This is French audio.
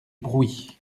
brouis